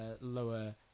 lower